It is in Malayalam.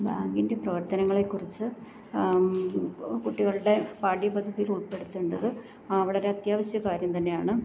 ബാങ്കിന്റെ പ്രവർത്തനങ്ങളെക്കുറിച്ച് കുട്ടികളുടെ പാഠ്യപദ്ധതിയിൽ ഉൾപ്പെടുത്തേണ്ടത് വളരെ അത്യാവശ്യ കാര്യം തന്നെയാണ്